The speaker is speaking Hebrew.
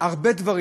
הרבה דברים.